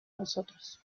nosotros